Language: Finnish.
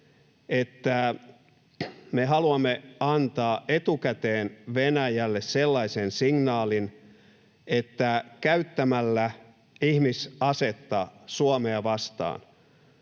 että me haluamme antaa etukäteen Venäjälle signaalin ihmisaseen Suomea vastaan